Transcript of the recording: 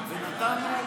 ונתנו,